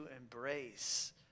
embrace